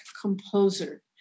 composer